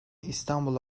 i̇stanbul